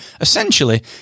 essentially